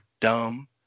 dumb